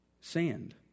sand